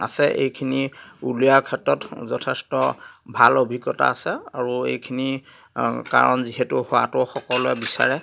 আছে এইখিনি উলিওৱাৰ ক্ষেত্ৰত যথেষ্ট ভাল অভিজ্ঞতা আছে আৰু এইখিনি কাৰণ যিহেতু হোৱাতো সকলোৱে বিচাৰে